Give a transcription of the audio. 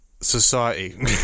society